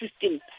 system